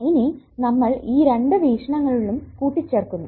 ഇനി നമ്മൾ ഈ രണ്ടു വീക്ഷണങ്ങളും കൂട്ടിച്ചേർക്കുന്നു